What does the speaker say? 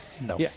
No